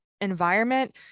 environment